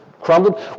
crumbled